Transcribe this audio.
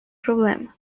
problema